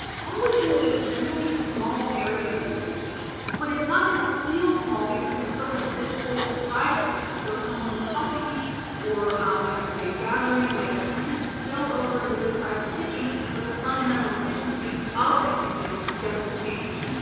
all within this really small area of the kitchen but it's not going to feel small because we still have this whole side of the kitchen. so if someone was helping me or we had a big gathering, like we could spill over into this side of the kitchen, but the fundamental efficiency of the kitchen doesn't change.